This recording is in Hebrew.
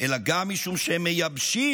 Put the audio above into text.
אלא גם משום שהם מייבשים